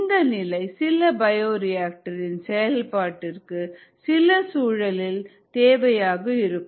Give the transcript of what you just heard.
இந்த நிலை சில பயோரிஆக்டர் இன் செயல்பாட்டிற்கு சில சூழலில் தேவையாக இருக்கும்